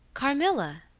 carmilla,